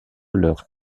leur